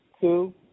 two